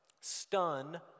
stun